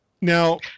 now